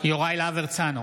יוראי להב הרצנו,